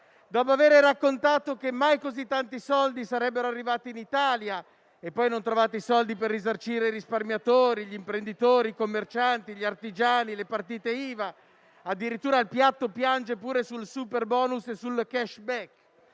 dopo avere raccontato che mai così tanti soldi sarebbero arrivati in Italia, ma poi non trovate i soldi per risarcire i risparmiatori, gli imprenditori, i commercianti, gli artigiani e le partite IVA (addirittura il piatto piange pure sul superbonus e sul *cashback*);